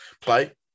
play